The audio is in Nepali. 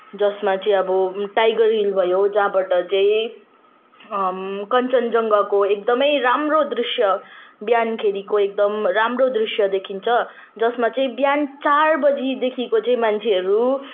जसमा चाहिँ अब टाइगर हिल भयो जहाँबाट चाहिँ कञ्चनजङ्घाको एकदमै राम्रो दृश्य बिहानखेरिको एकदम राम्रो दृश्य देखिन्छ जसमा चाहिँ बिहान चार बजीदेखिको चाहिँ मान्छेहरू